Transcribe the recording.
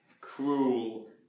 cruel